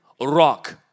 rock